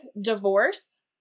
divorce